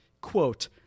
Quote